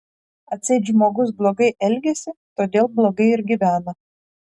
atseit žmogus blogai elgiasi todėl blogai ir gyvena